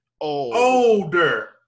older